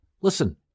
Listen